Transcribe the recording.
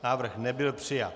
Návrh nebyl přijat.